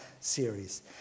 series